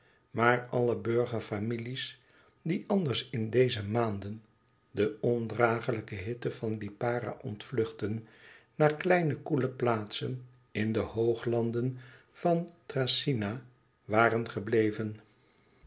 maar alle burgerfamilies die anders in deze maanden de ondragelijke hitte van lipara ontvluchtten naar kleine koele plaatsen in de hooglanden van thracyna waren gebleven